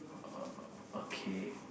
uh okay